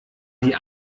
die